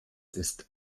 ist